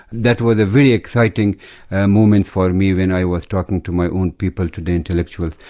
that was a very exciting moment for me, when i was talking to my own people, to the intellectuals.